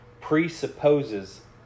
presupposes